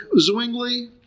Zwingli